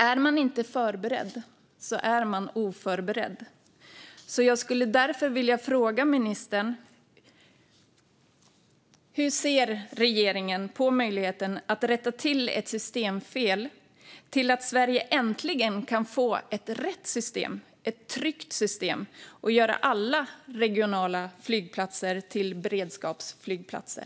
Är man inte förberedd är man oförberedd. Därför vill jag fråga ministern: Hur ser regeringen på möjligheten att rätta till ett systemfel, så att Sverige äntligen kan få ett system som är rätt och tryggt, och göra alla regionala flygplatser till beredskapsflygplatser?